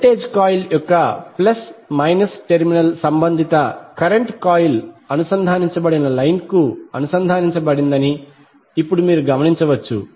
voltage coil యొక్క plus minus terminal సంబంధిత current coil అనుసంధానించబడిన లైన్ కు అనుసంధానించ బడిందని ఇప్పుడు మీరు గమనించవచ్చు